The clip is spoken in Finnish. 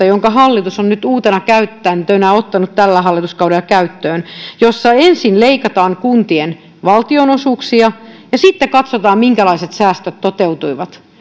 jonka hallitus on nyt uutena käytäntönä ottanut tällä hallituskaudella käyttöön jossa ensin leikataan kuntien valtionosuuksia ja sitten katsotaan minkälaiset säästöt toteutuivat